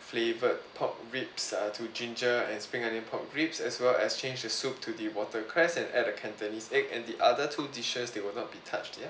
flavour pork rips uh to ginger and spring onion pork rips as well as change the soup to the watercress and add a cantonese egg and the other two dishes they will not be touched ya